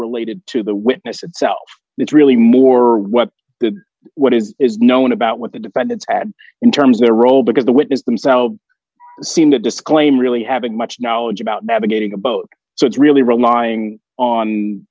related to the witness itself it's really more what the what is is known about what the defendants had in terms their role because the witness themselves seem to disclaim really having much knowledge about navigating the boat so it's really relying on